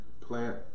plant